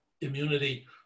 immunity